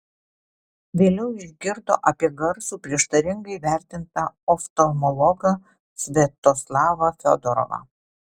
vėliau išgirdo apie garsų prieštaringai vertintą oftalmologą sviatoslavą fiodorovą